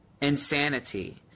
insanity